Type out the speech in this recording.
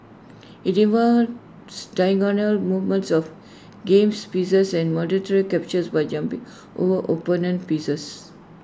IT involves diagonal movements of games pieces and mandatory captures by jumping over opponent pieces